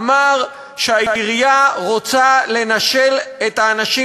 אמר שהעירייה רוצה לנשל את האנשים